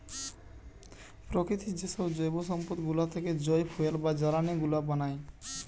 প্রকৃতির যেসব জৈব সম্পদ গুলা থেকে যই ফুয়েল বা জ্বালানি গুলা বানায়